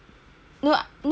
C_I_C_T